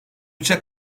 üçe